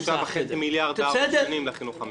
הוספנו 3.5 מיליארד בארבע שנים לחינוך המיוחד.